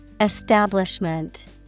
Establishment